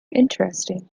interesting